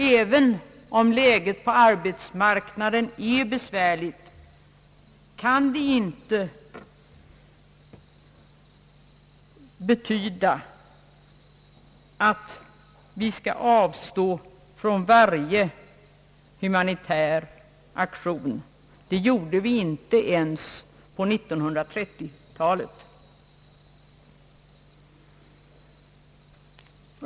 Även om läget på arbetsmarknaden är besvärligt, kan det inte betyda att vi skall avstå från varje humanitär aktion. Det gjorde vi inte ens på 1930-talet.